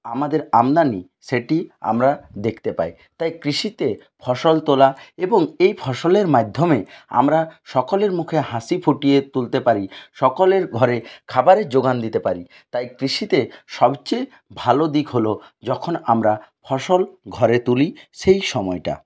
আমাদের আমদানি সেটি আমরা দেখতে পাই তাই কৃষিতে ফসল তোলা এবং এই ফসলের মাধ্যমে আমরা সকলের মুখে হাসি ফুটিয়ে তুলতে পারি সকলের ঘরে খাবারের জোগান দিতে পারি তাই কৃষিতে সবচেয়ে ভালো দিক হল যখন আমরা ফসল ঘরে তুলি সেই সময়টা